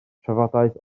trafodaeth